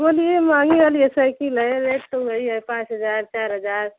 बोलिए महँगी वाली यह सइकिल है रेट तो वही है पाँच हज़ार चार हज़ार